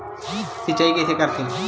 सिंचाई कइसे करथे?